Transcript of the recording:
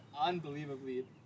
unbelievably